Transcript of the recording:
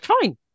fine